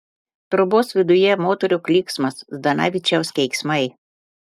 trobos viduje moterų klyksmas zdanavičiaus keiksmai